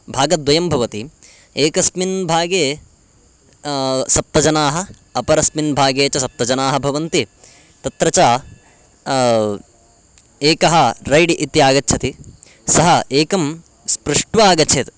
भागद्वयं भवति एकस्मिन् भागे सप्त जनाः अपरस्मिन् भागे च सप्त जनाः भवन्ति तत्र च एकः रैड् इति आगच्छति सः एकं स्पृष्ट्वा आगच्छेत्